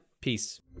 peace